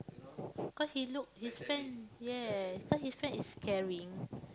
cause he look his friend yes some of his friend is caring